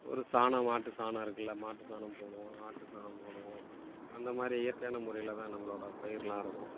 ஒரு சாணம் மாட்டுச் சாணம் இருக்குல்ல மாட்டுச் சாணம் போடுவோம் ஆட்டுச் சாணம் போடுவோம் அந்த மாதிரி இயற்கையான முறையில் தான் நம்மளோடய பயிர்லாம் இருக்கும்